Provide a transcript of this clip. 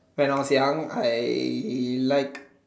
when I was young I like